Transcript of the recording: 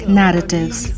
narratives